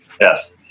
yes